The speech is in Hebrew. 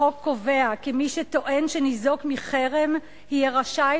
החוק קובע כי מי שטוען שניזוק מחרם יהיה רשאי